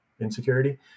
insecurity